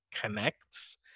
connects